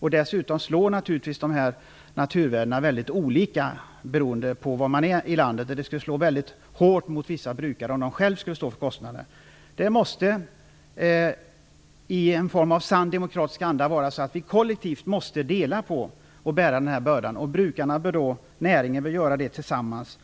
utgå. Dessutom slår naturvärdena naturligtvis väldigt olika i olika delar av landet. Det skulle drabba vissa brukare väldigt hårt om de själva skulle stå för kostnaden. Det måste bli så att vi i en sann demokratisk anda kollektivt delar på och bär denna börda. Brukarna, näringen, bör göra det tillsammans.